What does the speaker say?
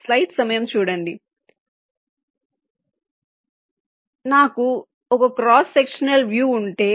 కాబట్టి నాకు cross sectional view ఉంటే